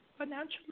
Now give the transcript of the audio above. Financially